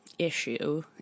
issue